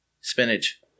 Spinach